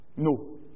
No